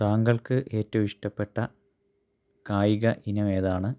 താങ്കൾക്ക് ഏറ്റവും ഇഷ്ടപെട്ട കായിക ഇനം ഏതാണ്